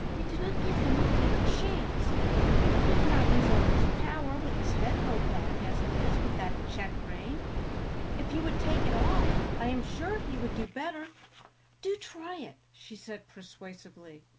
you do not give him a fair chance he cannot use all his power with his head held back as it is with that check-rein if you would take it off i am sure he would do better do try it, she said persuasively,